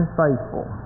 faithful